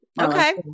Okay